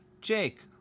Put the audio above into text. Jake